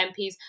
mps